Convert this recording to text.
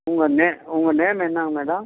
உங்கள் நே உங்கள் நேம் என்னங்க மேடம்